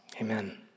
Amen